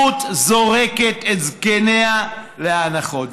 זורקת את זקניה לאנחות.